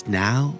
now